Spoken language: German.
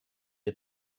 ihr